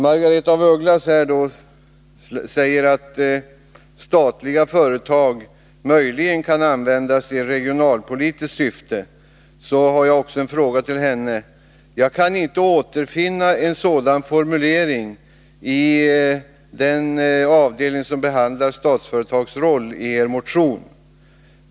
Margaretha af Ugglas säger att statliga företag möjligen kan användas i regionalpolitiskt syfte, och då vill jag ställa en fråga till henne. Jag kan inte återfinna en sådan formulering i den del av er motion som behandlar Statsföretags roll.